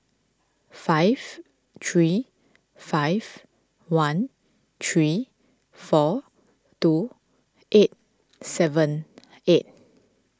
five three five one three four two eight seven eight